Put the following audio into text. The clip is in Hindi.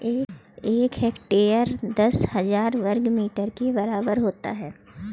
एक हेक्टेयर दस हजार वर्ग मीटर के बराबर होता है